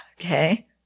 Okay